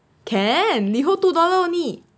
can LiHO two dollar only